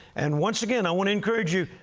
and once again, i want to encourage you,